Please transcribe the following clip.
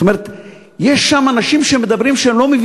זאת אומרת,